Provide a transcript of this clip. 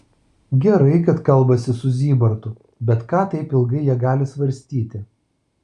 gerai kad kalbasi su zybartu bet ką taip ilgai jie gali svarstyti